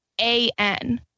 A-N